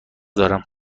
دارم